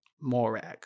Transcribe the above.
Morag